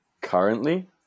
Currently